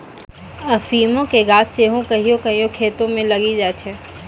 अफीमो के गाछ सेहो कहियो कहियो खेतो मे उगी जाय छै